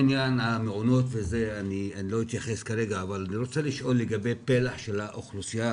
למעונות אני כרגע לא אתייחס אבל אני רוצה לשאול לגבי פלח של האוכלוסייה